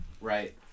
right